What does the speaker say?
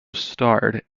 starred